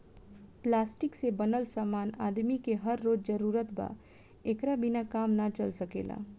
plastic से बनल समान आदमी के हर रोज जरूरत बा एकरा बिना काम ना चल सकेला